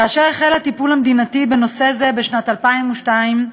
כאשר החל הטיפול המדינתי בנושא זה בשנת 2002,